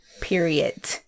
Period